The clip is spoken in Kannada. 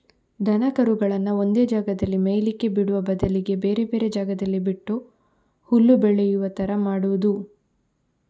ದನ ಕರುಗಳನ್ನ ಒಂದೇ ಜಾಗದಲ್ಲಿ ಮೇಯ್ಲಿಕ್ಕೆ ಬಿಡುವ ಬದಲಿಗೆ ಬೇರೆ ಬೇರೆ ಜಾಗದಲ್ಲಿ ಬಿಟ್ಟು ಹುಲ್ಲು ಬೆಳೆಯುವ ತರ ಮಾಡುದು